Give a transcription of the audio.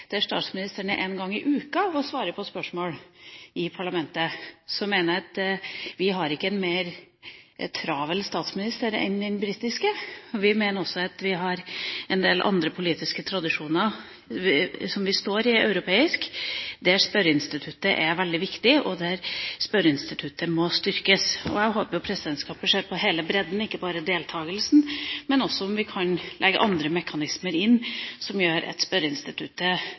der statsministeren er én gang i uka og svarer på spørsmål, og vi mener at vi ikke har en mer travel statsminister enn den britiske. Vi mener også at vi har en del andre europeiske politiske tradisjoner, der spørreinstituttet er veldig viktig, og der spørreinstituttet må styrkes. Jeg håper presidentskapet ser på hele bredden, ikke bare på deltakelsen, og også om vi kan legge andre mekanismer inn som gjør